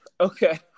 Okay